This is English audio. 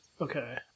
Okay